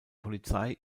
polizei